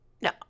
No